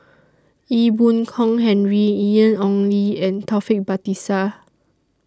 Ee Boon Kong Henry Ian Ong Li and Taufik Batisah